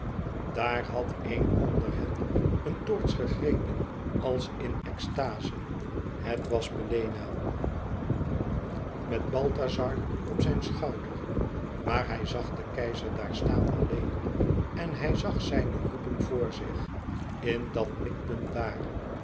daar had een onder hen een toorts gegrepen als in extaze het was melena met balthazar op zijn schouder maar hij zag den keizer daar staan alleen en hij zag zijne roeping voor zich in dat mikpunt daar